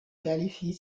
qualifie